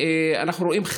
אנחנו רואים,